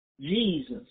Jesus